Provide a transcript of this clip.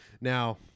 Now